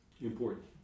important